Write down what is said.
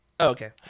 Okay